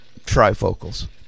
trifocals